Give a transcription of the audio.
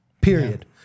period